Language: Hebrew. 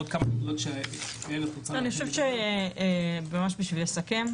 רק בשביל לסכם